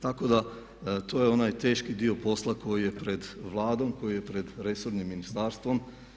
Tako da to je onaj teški dio posla koji je pred Vladom, koji je pred resornim ministarstvom.